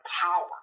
power